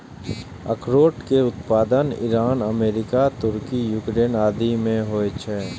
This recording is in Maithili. अखरोट के उत्पादन ईरान, अमेरिका, तुर्की, यूक्रेन आदि मे होइ छै